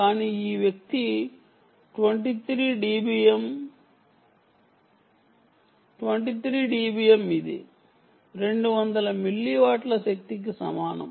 కానీ ఈ వ్యక్తి 23 dBm 23 dBm ఇది 200 మిల్లీవాట్ల శక్తికి సమానం